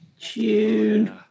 Tune